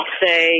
say